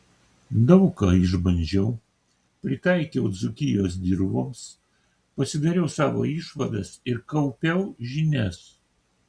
daug ką išbandžiau pritaikiau dzūkijos dirvoms pasidariau savo išvadas ir kaupiau žinias